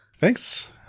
Thanks